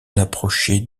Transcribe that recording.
approchait